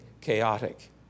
chaotic